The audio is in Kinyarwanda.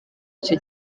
icyo